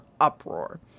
uproar